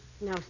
No